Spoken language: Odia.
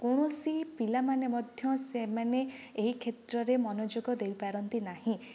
କୌଣସି ପିଲାମାନେ ମଧ୍ୟ ସେମାନେ ଏହି କ୍ଷେତ୍ରରେ ମନଯୋଗ ଦେଇପାରନ୍ତି ନାହିଁ